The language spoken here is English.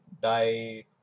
die